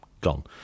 gone